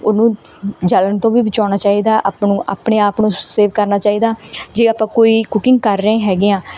ਉਹਨੂੰ ਜਲਣ ਤੋਂ ਵੀ ਬਚਾਉਣਾ ਚਾਹੀਦਾ ਆਪਾਂ ਨੂੰ ਆਪਣੇ ਆਪ ਨੂੰ ਸੇਵ ਕਰਨਾ ਚਾਹੀਦਾ ਜੇ ਆਪਾਂ ਕੋਈ ਕੁਕਿੰਗ ਕਰ ਰਹੇ ਹੈਗੇ ਹਾਂ